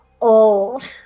old